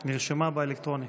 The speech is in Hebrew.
נרשמה באלקטרונית.